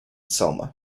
selma